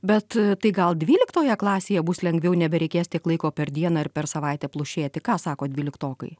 bet tai gal dvyliktoje klasėje bus lengviau nebereikės tiek laiko per dieną ar per savaitę plušėti ką sako dvyliktokai